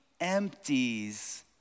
empties